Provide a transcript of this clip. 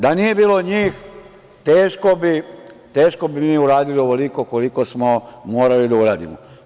Da nije bilo njih teško bi mi uradili ovoliko koliko smo morali da uradimo.